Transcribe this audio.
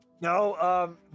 No